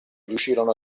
riuscirono